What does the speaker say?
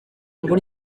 ngo